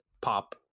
pop